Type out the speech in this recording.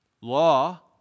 law